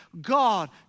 God